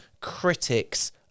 critics